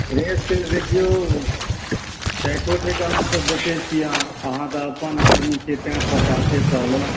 रेटके देखिऔ चारि सओ टका हमसब बेचै छिए अहाँ तऽ अपन आदमी छी तेँ पचासे कहलहुँ